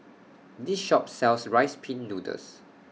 This Shop sells Rice Pin Noodles